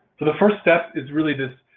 so, the first step is really this